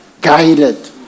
Guided